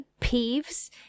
peeves